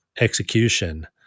execution